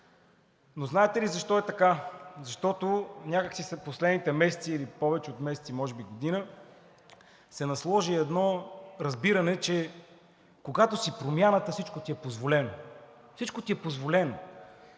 Но знаете ли защо е така? Защото някак си след последните месеци или повече от месеци, може би година, се насложи едно разбиране, че когато си Промяната, всичко ти е позволено. Всичко ти е позволено!